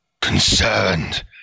concerned